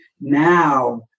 Now